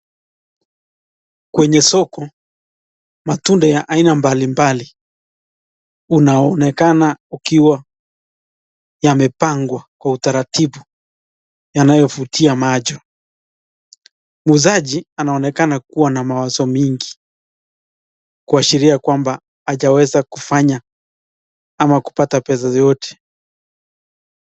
Kwenye soko matunda ya aina mbali mbali unaonekana ukiwa yamepangwa kwa utaratibu, yakuvutia macho. Muuzaji anaonekana kuwa na mawazo mingi kuashiria kwamba ajaweza kufanya kazi ama kupata pesa yoyote.